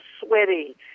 sweaty